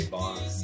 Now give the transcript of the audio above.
Bonds